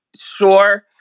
sure